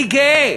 אני גאה